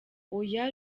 oya